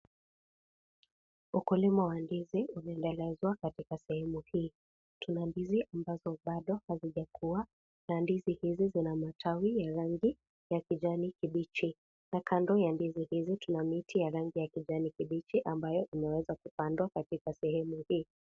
Ukulima wa ndizi unaendelezwa katika sehemu hii. Tuna ndizi ambazo bado hazijakua na ndizi hizi, zina matawi ya rangi ya kijani kibichi na kando ya ndizi hizi, tuna miti ya rangi ya kijani kibichi ambayo imeweza kupandwa katika sehemu hii.